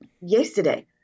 yesterday